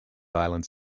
islands